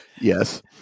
Yes